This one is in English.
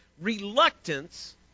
Reluctance